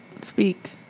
speak